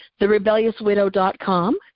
therebelliouswidow.com